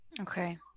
Okay